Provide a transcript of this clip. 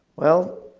well,